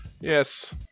Yes